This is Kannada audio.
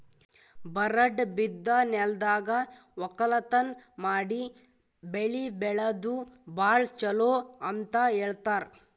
ಬರಡ್ ಬಿದ್ದ ನೆಲ್ದಾಗ ವಕ್ಕಲತನ್ ಮಾಡಿ ಬೆಳಿ ಬೆಳ್ಯಾದು ಭಾಳ್ ಚೊಲೋ ಅಂತ ಹೇಳ್ತಾರ್